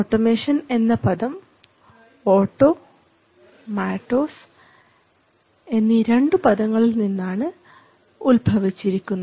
automation എന്ന പദം auto മാട്ടൂസ് എന്നീ രണ്ടു പദങ്ങളിൽ നിന്നാണ് ആണ് ഉൽഭവിച്ചിരിക്കുന്നത്